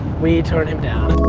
we turn him down.